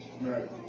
Right